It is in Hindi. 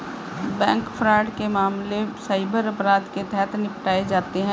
बैंक फ्रॉड के मामले साइबर अपराध के तहत निपटाए जाते हैं